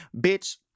bitch